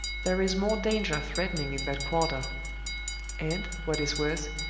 there is more danger threatening in that quarter and, what is worse,